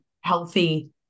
healthy